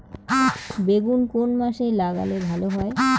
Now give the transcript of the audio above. বেগুন কোন মাসে লাগালে ভালো হয়?